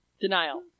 Denial